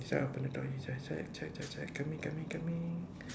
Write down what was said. should I open the door check check check coming coming coming